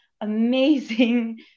amazing